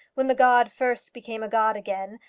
when the god first became a god again,